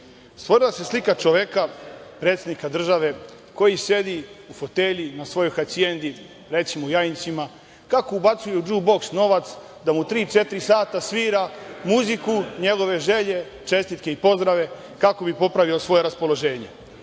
Stvorila se slika čoveka predsednika države koji sedi u fotelji, na svojoj hacijendi, recimo u Jajincima, kako ubacuje u džuboks novac da mu tri, četiri sata svira muziku, njegove želje, čestitke i pozdrave kako bi popravio svoje raspoloženje.